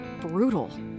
brutal